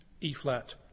E-flat